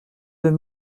deux